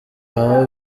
aho